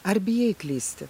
ar bijai klysti